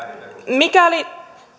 mikäli